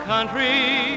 country